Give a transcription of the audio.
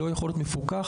הגבלה נוספת